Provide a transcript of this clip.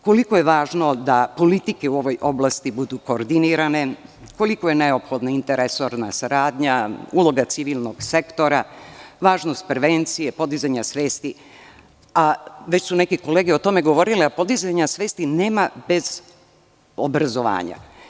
Koliko je važno da politike u ovoj oblasti budu koordinirane, koliko je neophodna interresorna saradnja, uloga civilnog sektora, važnost prevencije, podizanja svesti, a već su neke kolege o tome govorile, a podizanja svesti nema bez obrazovanja.